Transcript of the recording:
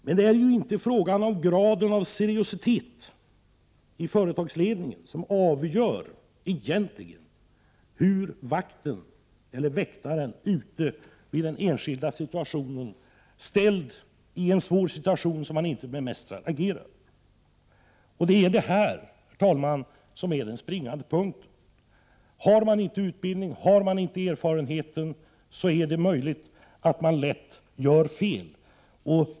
Men det är egentligen inte graden av seriositet i företagsledningen som avgör hur vakten eller väktaren, ställd i en svår situation som han inte bemästrar, agerar. Detta är, herr talman, den springande punkten. Har man inte utbildning och erfarenhet är det lätt att göra fel.